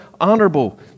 honorable